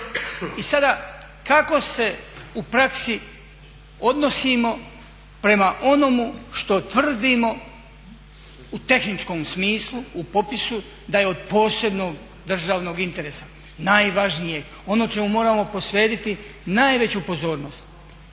I sada kako se u praksi odnosimo prema onomu što tvrdimo u tehničkom smislu u popisu da je od posebnog državnog interesa, najvažnijeg, ono čemu moramo posvetiti najveću pozornost,